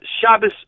Shabbos